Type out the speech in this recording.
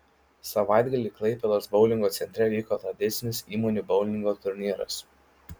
savaitgalį klaipėdos boulingo centre vyko tradicinis įmonių boulingo turnyras